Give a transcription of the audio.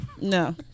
No